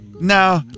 no